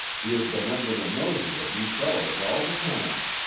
he has been under the noses of you fellows all the time.